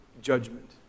judgment